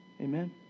Amen